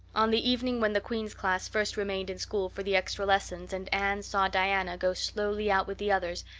on the evening when the queen's class first remained in school for the extra lessons and anne saw diana go slowly out with the others,